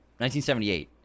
1978